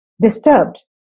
disturbed